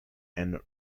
and